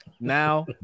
Now